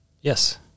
Yes